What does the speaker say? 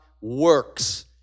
works